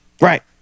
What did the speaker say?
Right